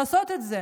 לעשות את זה,